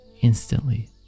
Instantly